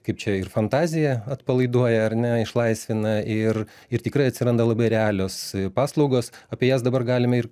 kaip čia ir fantaziją atpalaiduoja ar ne išlaisvina ir ir tikrai atsiranda labai realios paslaugos apie jas dabar galime ir